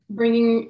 bringing